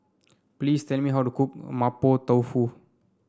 please tell me how to cook Mapo Tofu